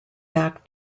back